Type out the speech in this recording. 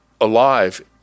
alive